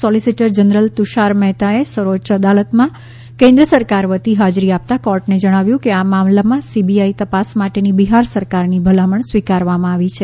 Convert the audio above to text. solicitor general Tushar મહેતાએ સર્વોચ્ય અદાલતમા કેન્દ્ર સરકાર વતી હાજરી આપતા કોર્ટને જણાવ્યું કે આ મામલામાં સીબીઆઈ તપાસ માટેની બિહાર સરકારની ભલામણ સ્વીકારવામાં આવી છે